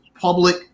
public